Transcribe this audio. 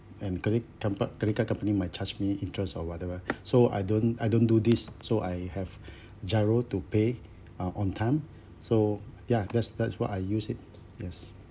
and credit compa~ credit card company might charge me interests or whatever so I don't I don't do this so I have GIRO to pay uh on time so ya that's that's what I use it yes